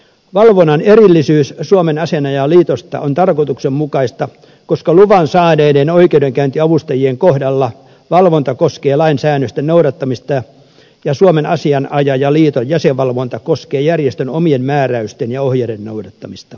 valvonnan erillisyys suomen asianajajaliitosta on tarkoituksenmukaista koska luvan saaneiden oikeudenkäyntiavustajien kohdalla valvonta koskee lain säännösten noudattamista ja suomen asianajajaliiton jäsenvalvonta koskee järjestön omien määräysten ja ohjeiden noudattamista